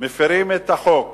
מפירים את החוק,